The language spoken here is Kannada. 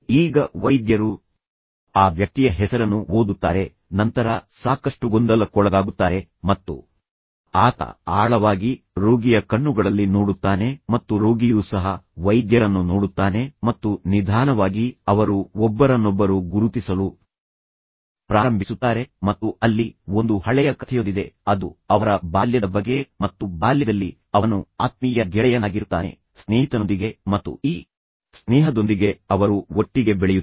ಈಗ ವೈದ್ಯರು ಆ ವ್ಯಕ್ತಿಯ ಹೆಸರನ್ನು ಓದುತ್ತಾರೆ ನಂತರ ಸಾಕಷ್ಟು ಗೊಂದಲಕ್ಕೊಳಗಾಗುತ್ತಾರೆ ಮತ್ತು ನಂತರ ಆತ ಆಳವಾಗಿ ರೋಗಿಯ ಕಣ್ಣುಗಳಲ್ಲಿ ನೋಡುತ್ತಾನೆ ಮತ್ತು ರೋಗಿಯು ಸಹ ವೈದ್ಯರನ್ನು ನೋಡುತ್ತಾನೆ ಮತ್ತು ನಿಧಾನವಾಗಿ ಅವರು ಒಬ್ಬರನ್ನೊಬ್ಬರು ಗುರುತಿಸಲು ಪ್ರಾರಂಭಿಸುತ್ತಾರೆ ಮತ್ತು ನಂತರ ಅಲ್ಲಿ ಒಂದು ಹಳೆಯ ಕಥೆಯೊಂದಿದೆ ಅದು ಅವರ ಬಾಲ್ಯದ ಬಗ್ಗೆ ಮತ್ತು ಬಾಲ್ಯದಲ್ಲಿ ಅವನು ಆತ್ಮೀಯ ಗೆಳೆಯನಾಗಿರುತ್ತಾನೆ ಸ್ನೇಹಿತನೊಂದಿಗೆ ಮತ್ತು ನಂತರ ಈ ಸ್ನೇಹದೊಂದಿಗೆ ಅವರು ಒಟ್ಟಿಗೆ ಬೆಳೆಯುತ್ತಾರೆ